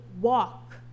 walk